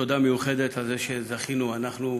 תודה מיוחדת על זה שזכינו אנחנו,